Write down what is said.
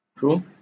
true